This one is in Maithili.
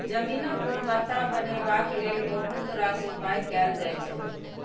जमीनक गुणवत्ता बढ़ेबाक लेल बहुत रास उपाय कएल जाइ छै